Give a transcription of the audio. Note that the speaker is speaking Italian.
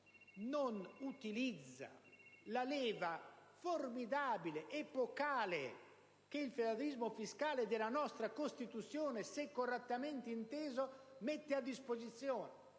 ad utilizzare la leva formidabile ed epocale che il federalismo fiscale della nostra Costituzione, se correttamente inteso, mette a disposizione.